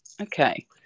Okay